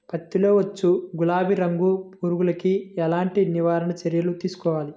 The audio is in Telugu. పత్తిలో వచ్చు గులాబీ రంగు పురుగుకి ఎలాంటి నివారణ చర్యలు తీసుకోవాలి?